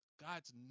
God's